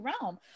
realm